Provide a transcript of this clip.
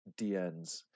DNs